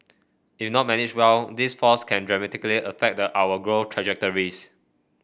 if not managed well these forces can dramatically affect our growth trajectories